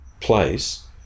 place